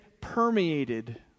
permeated